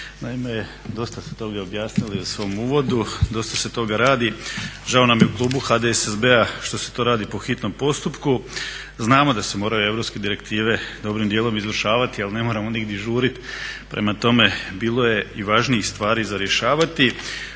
Naime, dosta ste toga objasnili u svom uvodu, dosta se toga radi. Žao nam je u klubu HDSSB-a što se to radi po hitnom postupku. Znamo da se moraju europske direktive dobrim dijelom izvršavati ali ne moramo nigdje žuriti. Prema tome, bilo je i važnijih stvari za rješavati.